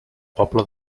pobla